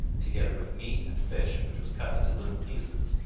together with meat and fish which was cut into little pieces,